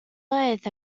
loveth